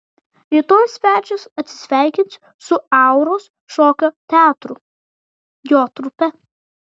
rytoj svečias atsisveikins su auros šokio teatru jo trupe